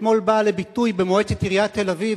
שאתמול באה לביטוי במועצת עיריית תל-אביב,